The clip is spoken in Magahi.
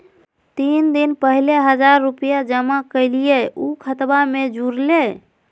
तीन दिन पहले हजार रूपा जमा कैलिये, ऊ खतबा में जुरले?